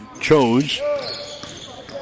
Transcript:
Chose